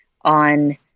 on